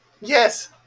yes